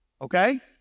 Okay